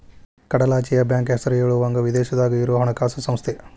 ಕಡಲಾಚೆಯ ಬ್ಯಾಂಕ್ ಹೆಸರ ಹೇಳುವಂಗ ವಿದೇಶದಾಗ ಇರೊ ಹಣಕಾಸ ಸಂಸ್ಥೆ